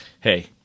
hey